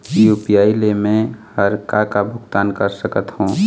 UPI ले मे हर का का भुगतान कर सकत हो?